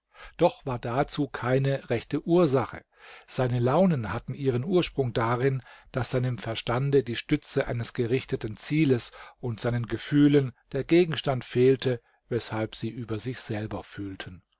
doch war dazu keine rechte ursache seine launen hatten ihren ursprung darin daß seinem verstande die stütze eines gerichteten zieles und seinen gefühlen der gegenstand fehlte weshalb sie über sich selber fühlten